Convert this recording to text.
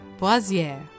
Boisier